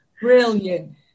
Brilliant